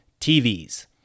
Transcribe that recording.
TVs